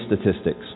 statistics